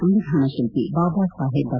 ಸಂವಿಧಾನಶಿಲ್ಲಿ ಬಾಬಾ ಸಾಹೇಬ್ ಡಾ